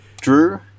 Drew